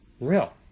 real